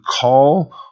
call